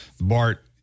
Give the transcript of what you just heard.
Bart